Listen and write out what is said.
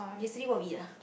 yesterday what we eat ah